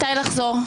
מתי לחזור?